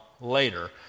later